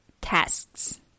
tasks